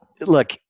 look